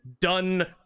done